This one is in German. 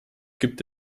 gibt